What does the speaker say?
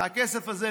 והכסף הזה,